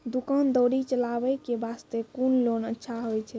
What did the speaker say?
दुकान दौरी चलाबे के बास्ते कुन लोन अच्छा होय छै?